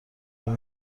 ازم